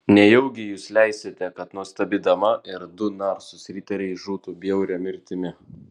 nejau jūs leisite kad nuostabi dama ir du narsūs riteriai žūtų bjauria mirtimi